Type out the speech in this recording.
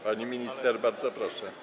Pani minister, bardzo proszę.